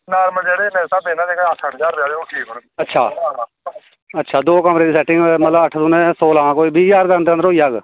normal मेरे स्हाबै कन्नै जेह्के अट्ठ अट्ठ ज्हार कन्नै ठीक न अच्छा मतलब दौ कमरे दी सेटिंग अट्ठ दूने सोलहां बीह् ज्हार कन्नै होई जाह्ग